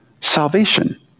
salvation